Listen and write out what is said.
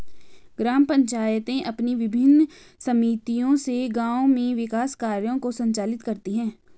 ग्राम पंचायतें अपनी विभिन्न समितियों से गाँव में विकास कार्यों को संचालित करती हैं